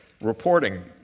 reporting